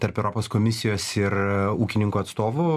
tarp europos komisijos ir ūkininkų atstovų